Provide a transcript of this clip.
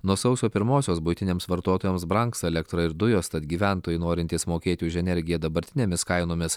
nuo sausio pirmosios buitiniams vartotojams brangs elektra ir dujos tad gyventojai norintys mokėti už energiją dabartinėmis kainomis